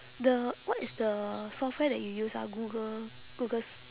the what is the software that you use ah google google s~